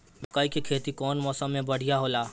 मकई के खेती कउन मौसम में बढ़िया होला?